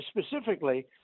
specifically